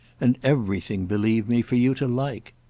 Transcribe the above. and everything, believe me, for you to like.